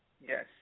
Yes